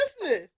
business